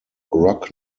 rock